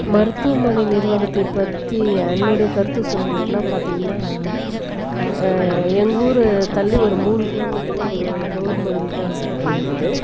மருத்துவமனை நிர்வாகத்தை பற்றி என்னுடைய கருத்து சொல்லுணுன்னா பார்த்தீங்கன்னா எங்கள் ஊரு தள்ளி ஒரு மூணு கிலோ மீட்ரில் ஒரு கவுர்ன்மெண்ட் ஹாஸ்பிட்டல் இருக்குது